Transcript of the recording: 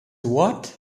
what